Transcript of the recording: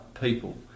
people